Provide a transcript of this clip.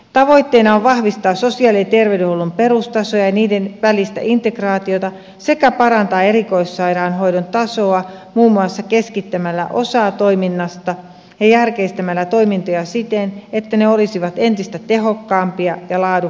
tavoitteena on vahvistaa sosiaali ja terveydenhuollon perustasoja ja niiden välistä integraatiota sekä parantaa erikoissairaanhoidon tasoa muun muassa keskittämällä osa toiminnasta ja järkeistämällä toimintoja siten että ne olisivat entistä tehokkaampia ja laadukkaampia